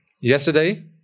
Yesterday